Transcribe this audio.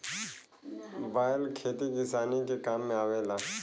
बैल खेती किसानी के काम में आवेला